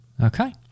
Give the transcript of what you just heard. Okay